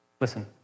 Listen